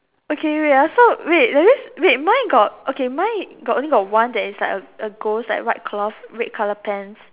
okay wait ah so wait that means wait wait mine got okay mine got only got one that is like a ghost white cloth red colour pants